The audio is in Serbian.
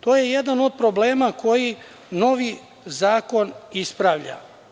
To je jedan od problema koji novi zakon ispravlja.